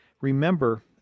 Remember